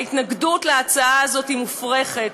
ההתנגדות להצעה הזאת היא מופרכת,